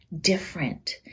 different